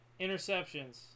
interceptions